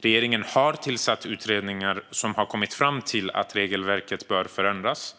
Regeringen har tillsatt utredningar som har kommit fram till att regelverket bör förändras.